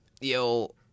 yo